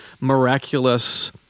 miraculous